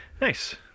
Nice